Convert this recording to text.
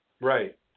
Right